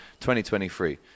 2023